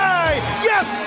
yes